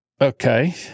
Okay